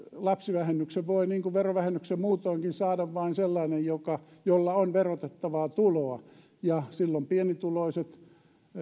lapsivähennyksen voi niin kuin verovähennyksen muutoinkin saada vain sellainen jolla on verotettavaa tuloa ja silloin pienituloiset